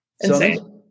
insane